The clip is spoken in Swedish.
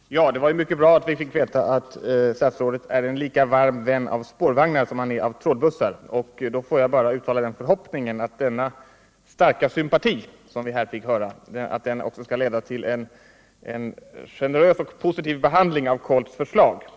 Herr talman! Det var mycket bra att vi fick veta att statsrådet är en lika varm vän av spårvagnar som han är av trådbussar. Då får jag bara uttala den förhoppningen att denna starka sympati också skall leda till en generös och positiv behandling av KOLT:s förslag.